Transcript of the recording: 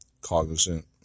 cognizant